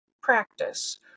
practice